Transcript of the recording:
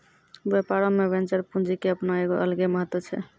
व्यापारो मे वेंचर पूंजी के अपनो एगो अलगे महत्त्व छै